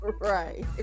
Right